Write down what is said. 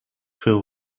veel